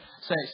say